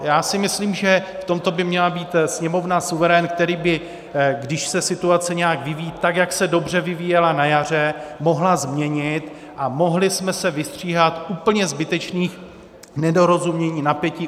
Já si myslím, že v tomto by měla být Sněmovna suverén, který by, když se situace nějak vyvíjí, tak jak se dobře vyvíjela na jaře, mohla změnit a mohli jsme se vystříhat úplně zbytečných nedorozumění, napětí.